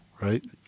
right